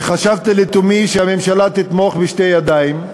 וחשבתי לתומי שהממשלה תתמוך בשתי ידיים?